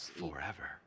forever